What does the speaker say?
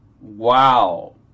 Wow